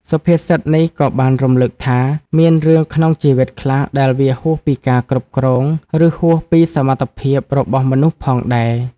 សុភាសិតនេះក៏បានរំលឹកថា មានរឿងក្នុងជីវិតខ្លះដែលវាហួសពីការគ្រប់គ្រង ឬហួសពីសមត្ថភាពរបស់មនុស្សផងដែរ។